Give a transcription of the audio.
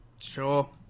Sure